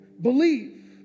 believe